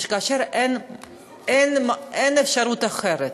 וכאשר אין אפשרות אחרת,